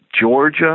Georgia